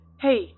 Hey